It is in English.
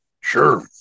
Sure